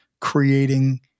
creating